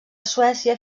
suècia